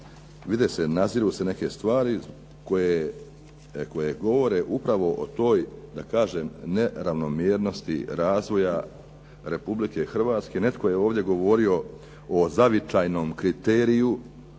vide, naziru se neke stvari koje govore upravo o toj da kažem neravnomjernosti razvoja Republike Hrvatske. Netko je ovdje govorio o zavičajnom kriteriju